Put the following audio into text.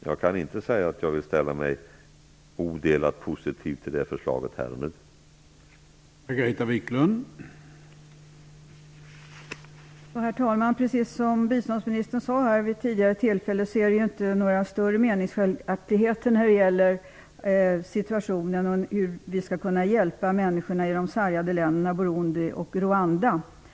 Jag kan inte säga att jag ställer mig odelat positiv till det förslaget här och nu.